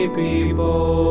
people